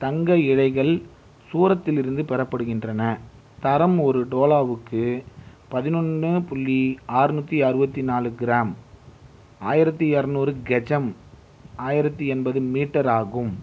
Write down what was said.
தங்க இழைகள் சூரத்திலிருந்து பெறப்படுகின்றன தரம் ஒரு டோலாவுக்கு பதினொன்றுபுள்ளி ஆறுநூற்றி அறுபத்தி நாலு கிராம் ஆயிரத்தி இரநூறு கெஜம் ஆயிரத்தி எண்பது மீட்டர் ஆகும்